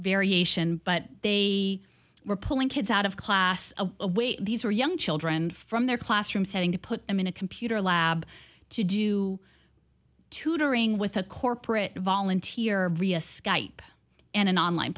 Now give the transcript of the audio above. variation but they were pulling kids out of class away these were young children from their classroom setting to put them in a computer lab to do tutoring with a corporate volunteer skype and an online